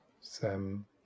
SEM